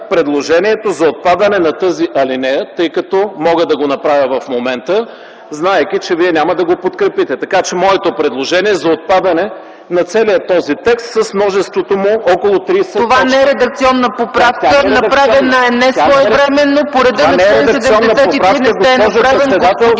предложението за отпадане на тази алинея, тъй като мога да го направя в момента, знаейки, че вие няма да го подкрепите. Така че моето предложение е за отпадане на целия този текст с множеството му около 30 точки. ПРЕДСЕДАТЕЛ ЦЕЦКА ЦАЧЕВА: Това не е редакционна поправка. Направена е несвоевременно. Не сте я направили по реда на чл. 73, господин